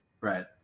Right